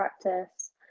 practice